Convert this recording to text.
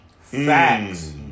Facts